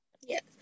Yes